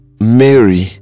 Mary